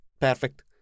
Perfect